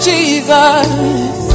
Jesus